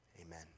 amen